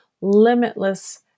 limitless